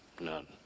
None